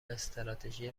استراتژی